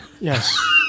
Yes